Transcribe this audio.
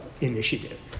initiative